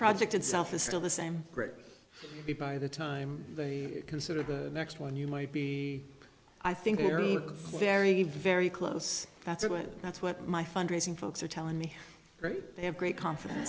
project itself is still the same if by the time they consider the next one you might be i think they're look very very close that's what that's what my fundraising folks are telling me they have great confiden